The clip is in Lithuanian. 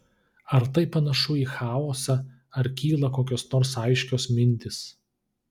ar tai panašu į chaosą ar kyla kokios nors aiškios mintys